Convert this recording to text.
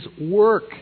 work